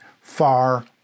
far